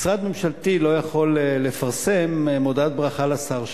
משרד ממשלתי לא יכול לפרסם מודעת ברכה לשר שלו,